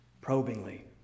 probingly